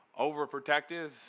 overprotective